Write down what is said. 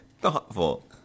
Thoughtful